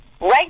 right